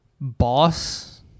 boss